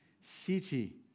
city